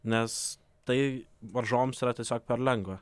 nes tai varžovams yra tiesiog per lengva